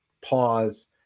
pause